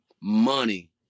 money